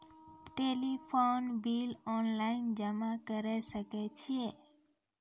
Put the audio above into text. Telephone bill online जमा करै सकै छौ?